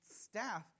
staff